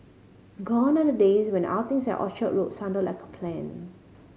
gone are the days when outings at Orchard Road sounded like a plan